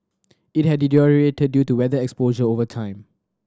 it had deteriorated due to weather exposure over time